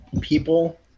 people